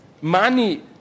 money